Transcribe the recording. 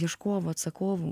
ieškovų atsakovų